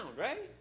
right